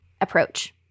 approach